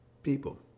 people